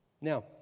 Now